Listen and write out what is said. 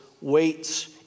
waits